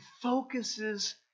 focuses